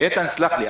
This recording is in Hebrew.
סלח לי,